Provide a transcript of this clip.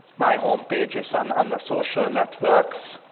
my home pages on on the social networks,